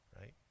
right